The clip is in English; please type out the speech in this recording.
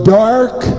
dark